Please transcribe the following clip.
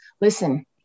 listen